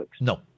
No